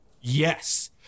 Yes